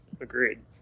agreed